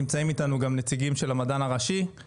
נמצאים איתנו גם נציגים של המדען הראשי.